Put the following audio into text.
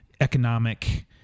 economic